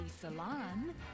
salon